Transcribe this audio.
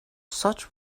such